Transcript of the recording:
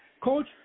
Coach